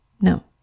No